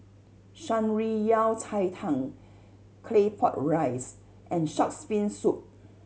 Shan Rui Yao Cai Tang Claypot Rice and Shark's Fin Soup